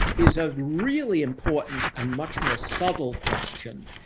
is a really important and much more subtle question.